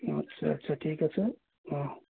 আচ্ছা আচ্ছা ঠিক আছে অঁ